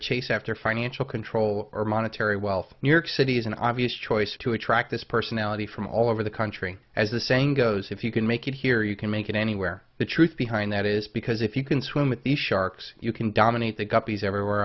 chase after financial control or monetary wealth new york city is an obvious choice to attract this personality from all over the country as the saying goes if you can make it here you can make it anywhere the truth behind that is because if you can swim with the sharks you can dominate they got these everywhere